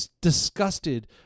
disgusted